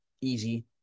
easy